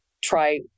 try